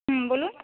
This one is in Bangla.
হুম বলুন